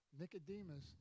nicodemus